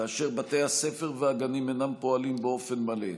כאשר בתי הספר והגנים אינם פועלים באופן מלא,